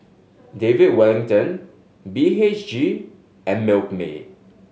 David Wellington B H G and Milkmaid